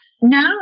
No